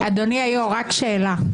אדוני היושב-ראש, רק שאלה.